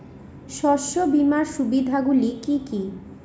শস্য বীমার সুবিধা গুলি কি কি?